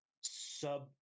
sub